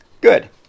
Good